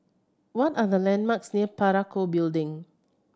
what are the landmarks near Parakou Building